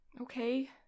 Okay